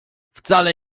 wcale